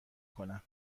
کنم